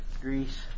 grease